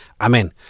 Amen